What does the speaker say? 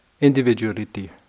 individuality